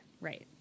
Right